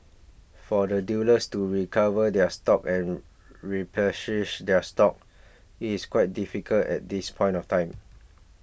for the dealers to recover their stocks and replenish their stocks it is quite difficult at this point of time